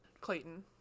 Clayton